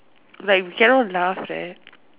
like we cannot laugh right